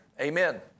Amen